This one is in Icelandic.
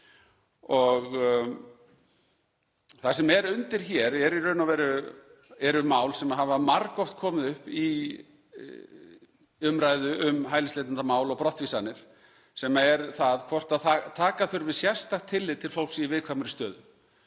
Það sem er undir hér eru mál sem hafa margoft komið upp í umræðu um hælisleitendamál og brottvísanir, sem er það hvort taka þurfi sérstakt tillit til fólks í viðkvæmri stöðu.